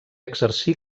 exercí